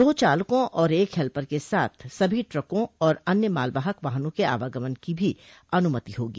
दो चालकों और एक हेल्पर के साथ सभी ट्रकों और अन्य मालवाहक वाहनों के आवगमन की भी अनुमति होगी